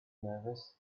nervous